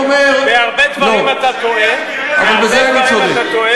בהרבה דברים אתה טועה, אבל בזה אני צודק.